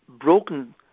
broken